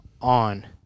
on